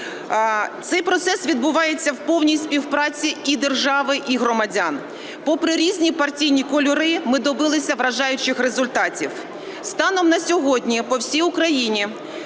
цей процес відбувається в повній співпраці і держави, і громадян. Попри різні партійні кольори, ми добилися вражаючих результатів. Станом на сьогодні по всій Україні